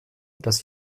dass